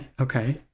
okay